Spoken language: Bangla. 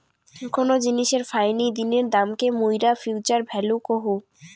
কোন জিনিসের ফাইনি দিনের দামকে মুইরা ফিউচার ভ্যালু কহু